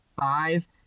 five